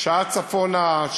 שעה צפונה,